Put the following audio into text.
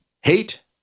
hate